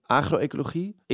agroecologie